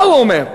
מה הוא אומר?